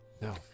no